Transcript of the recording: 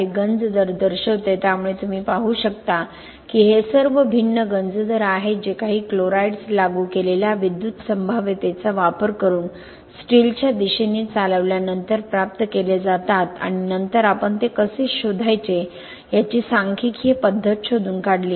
हे गंज दर दर्शविते त्यामुळे तुम्ही पाहू शकता की हे सर्व भिन्न गंज दर आहेत जे काही क्लोराइड्स लागू केलेल्या विद्युत संभाव्यतेचा वापर करून स्टीलच्या दिशेने चालविल्यानंतर प्राप्त केले जातात आणि नंतर आपण ते कसे शोधायचे याची सांख्यिकीय पद्धत शोधून काढली